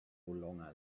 longer